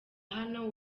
hano